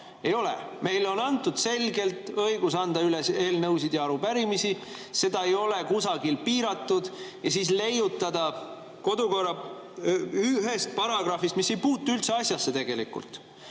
Ei ole! Meile on selgelt antud õigus anda üle eelnõusid ja arupärimisi, seda ei ole kusagil piiratud. Ja siis leiutada kodukorra ühest paragrahvist, mis ei puutu tegelikult